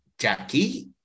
Jackie